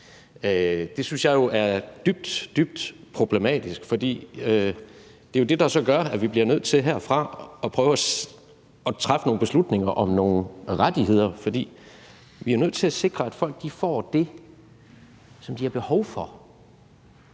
Det synes jeg jo er dybt, dybt problematisk, for det er jo det, der så gør, at vi herfra bliver nødt til at prøve at træffe nogle beslutninger om nogle rettigheder, fordi vi er nødt til at sikre, at folk får det, som de har behov for.